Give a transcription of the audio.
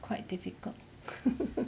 quite difficult